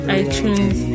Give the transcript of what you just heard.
iTunes